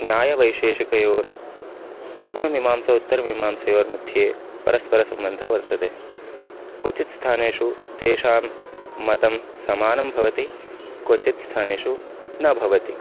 न्यायवैशेषिकयोः पूर्वमीमांसोत्तरमीमांसयोर्मध्ये परस्परसम्बन्धः वर्तते क्वचित् स्थानेषु तेषां मतं समानं भवति क्वचित् स्थानेषु न भवति